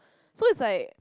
so is like